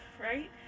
right